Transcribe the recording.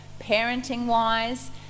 parenting-wise